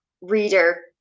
reader